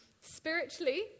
spiritually